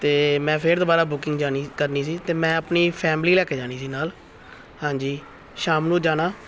ਅਤੇ ਮੈਂ ਫਿਰ ਦੁਬਾਰਾ ਬੁਕਿੰਗ ਜਾਣੀ ਕਰਨੀ ਸੀ ਅਤੇ ਮੈਂ ਆਪਣੀ ਫੈਮਲੀ ਲੈ ਕੇ ਜਾਣੀ ਸੀ ਨਾਲ ਹਾਂਜੀ ਸ਼ਾਮ ਨੂੰ ਜਾਣਾ